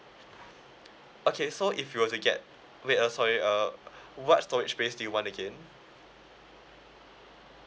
okay so if you were to get wait uh sorry err what storage space do you want again